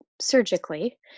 surgically